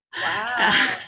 Wow